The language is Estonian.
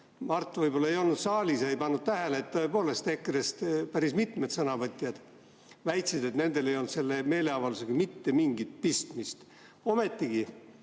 Mart võib-olla ei olnud saalis ja ta ei pannud tähele, et tõepoolest EKRE-st päris mitmed sõnavõtjad väitsid, et nendel ei olnud selle meeleavaldusega mitte mingit pistmist. Ometi